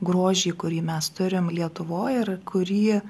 grožį kurį mes turim lietuvoj ir kurį